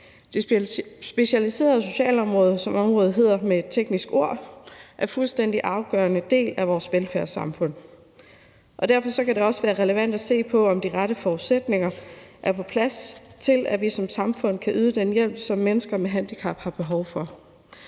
Det specialiserede socialområde, som området hedder med et teknisk ord, er en fuldstændig afgørende del af vores velfærdssamfund, og derfor kan det også være relevant at se på, om de rette forudsætninger er på plads til, at vi som samfund kan yde den hjælp, som mennesker med handicap har behov for.